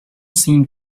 seemed